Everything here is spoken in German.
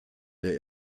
der